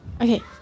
Okay